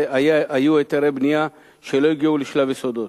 שהיו להן היתרי בנייה ואשר לא הגיעו לשלב יסודות.